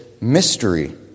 mystery